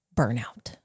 burnout